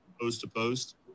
post-to-post